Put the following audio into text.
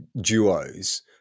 duos